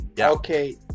Okay